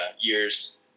years